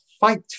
fight